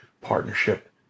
partnership